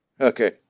okay